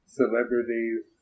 celebrities